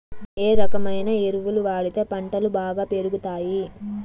ఏ రకమైన ఎరువులు వాడితే పంటలు బాగా పెరుగుతాయి?